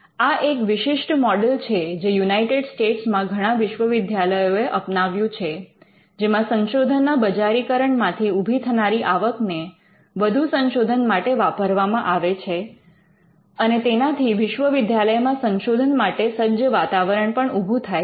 આ એક વિશિષ્ટ મોડેલ છે જે યુનાઈટેડ સ્ટેટ્સ માં ઘણા વિશ્વવિદ્યાલયો એ અપનાવ્યું છે જેમાં સંશોધનના બજારીકરણમાંથી ઉભી થનારી આવક ને વધુ સંશોધન માટે વાપરવામાં આવે છે અને તેનાથી વિશ્વવિદ્યાલયમાં સંશોધન માટે સજ્જ વાતાવરણ પણ ઊભું થાય છે